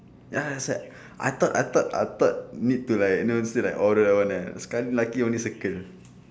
ya that's why I thought I thought I thought need to like you know still like order one eh sekali lucky only circle